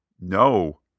No